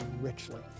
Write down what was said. richly